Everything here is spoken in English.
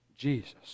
Jesus